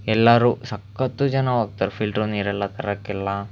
ಎಲ್ಲರು ಸಕ್ಕತ್ತು ಜನ ಹೋಗ್ತಾರೆ ಫಿಲ್ಟ್ರ್ ನೀರೆಲ್ಲ ತರೋಕೆಲ್ಲ